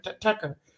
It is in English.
Tucker